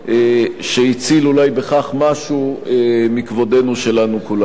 שהציל אולי בכך משהו מכבודנו שלנו כולנו.